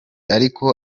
ariko